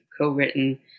co-written